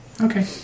Okay